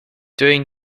during